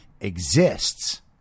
exists